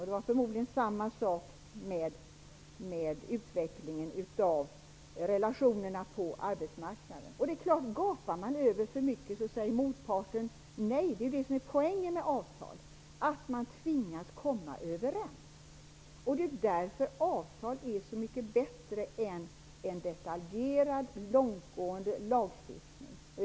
Det var förmodligen samma sak med utvecklingen av relationerna på arbetsmarknaden. Gapar man över för mycket säger motparten nej. Poängen med avtal är att man tvingas komma överens. Det är därför avtal är så mycket bättre än en detaljerad, långtgående lagstiftning.